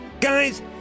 Guys